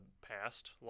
past